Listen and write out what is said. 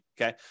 okay